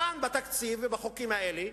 כאן, בתקציב, ובחוקים האלה,